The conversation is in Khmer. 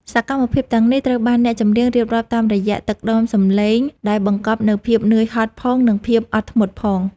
សកម្មភាពទាំងនេះត្រូវបានអ្នកចម្រៀងរៀបរាប់តាមរយៈទឹកដមសម្លេងដែលបង្កប់នូវភាពនឿយហត់ផង និងភាពអត់ធ្មត់ផង។